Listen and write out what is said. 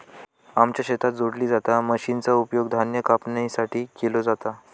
आमच्या शेतात जोडली जाता मशीनचा उपयोग धान्य कापणीसाठी केलो जाता